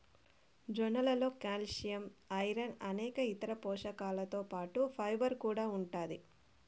జొన్నలలో calcium, iron అనేక ఇతర పోషకాలతో పాటు ఫైబర్ కూడా ఉంటాది